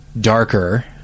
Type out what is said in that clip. darker